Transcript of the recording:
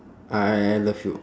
I love you